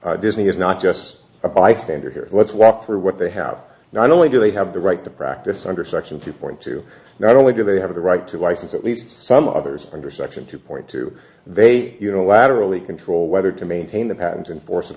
case disney is not just a bystander here let's walk through what they have not only do they have the right to practice under section two point two not only do they have the right to license at least some others under section two point two they unilaterally control whether to maintain the patents and force it